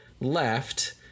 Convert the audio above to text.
left